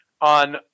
on